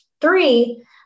three